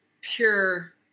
pure